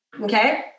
Okay